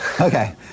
Okay